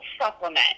supplement